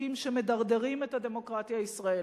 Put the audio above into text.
חוקים שמדרדרים את הדמוקרטיה הישראלית.